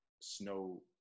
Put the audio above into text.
snow